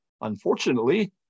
Unfortunately